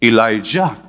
Elijah